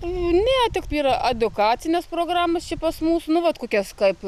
ne tik yra edukacinės programos čia pas mūsų nu vat kokias kaip